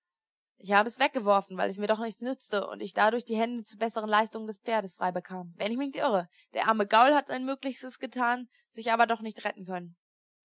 ich habe es weggeworfen weil es mir doch nichts nützte und ich dadurch die hände zur besseren leitung des pferdes frei bekam wenn ich mich nicht irre der arme gaul hat sein möglichstes getan sich aber doch nicht retten können